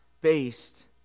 based